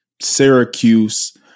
Syracuse